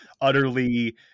utterly